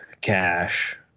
cash